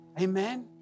Amen